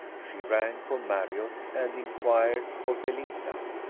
she rang for marriott, and inquired for belinda.